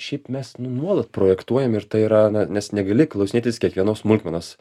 šiaip mes nu nuolat projektuojam ir tai yra na nes negali klausinėtis kiekvienos smulkmenos